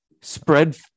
Spread